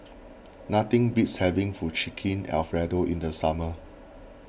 nothing beats having Fettuccine Alfredo in the summer